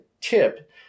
Tip